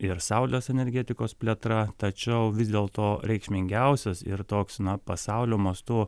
ir saulės energetikos plėtra tačiau vis dėlto reikšmingiausias ir toks na pasaulio mastu